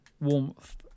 warmth